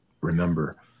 remember